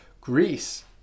Greece